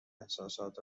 احساسات